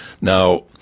Now